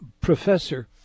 Professor